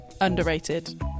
Underrated